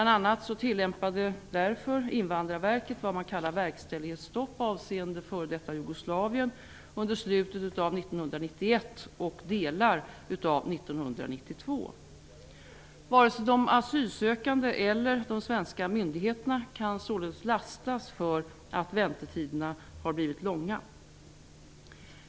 Därför tillämpade Invandrarverket bl.a. vad man kallar verkställighetsstopp avseende f.d. Jugoslavien under slutet av 1991 och delar av 1992. Varken de asylsökande eller de svenska myndigheterna kan således lastas för att väntetiderna har blivit långa.